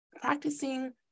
practicing